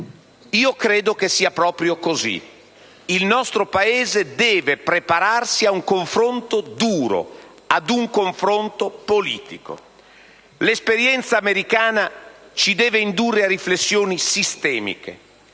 Io credo che sia proprio così. Il nostro Paese deve prepararsi a un confronto duro, a un confronto politico. L'esperienza americana ci deve indurre a riflessioni sistemiche.